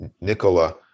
Nicola